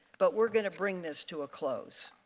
but we are going to bring this to a close.